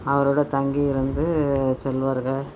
அவரோடு தங்கி இருந்து செல்வார்கள்